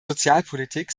sozialpolitik